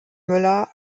müller